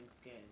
Skin